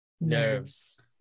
nerves